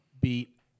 Beat